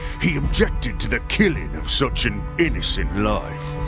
he objected to the killing of such an innocent life.